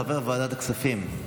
חבר ועדת הכספים.